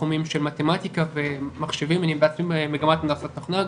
בתחומים של מתמטיקה ומחשבים אני באתי ממגמת תוכנה,